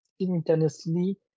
simultaneously